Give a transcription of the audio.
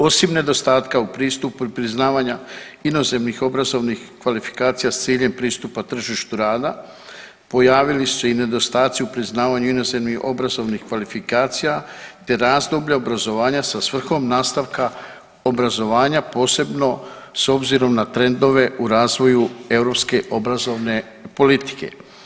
Osim nedostatka u pristupu priznavanja inozemnih obrazovnih kvalifikacija s ciljem pristupa tržištu rada pojavili su se i nedostaci u priznavanju inozemnih obrazovnih kvalifikacija te razdoblja obrazovanja sa svrhom nastavka obrazovanja posebno s obzirom na trendove u razvoju europske obrazovne politike.